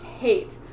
hate